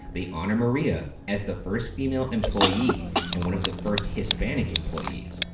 they honor maria as the first female employee and one of the first hispanic employees.